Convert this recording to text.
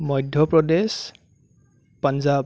Madhya Pradesh Punjab